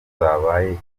zabaye